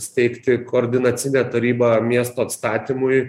steigti koordinacinę tarybą miesto atstatymui